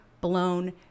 blown